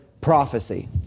prophecy